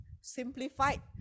simplified